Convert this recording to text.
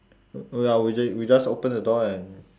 y~ ya we ju~ we just open the door and